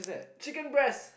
chicken breast